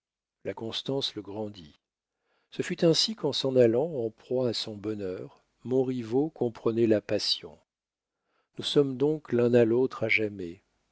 la constance le grandit ce fut ainsi qu'en s'en allant en proie à son bonheur montriveau comprenait la passion nous sommes donc l'un à l'autre à jamais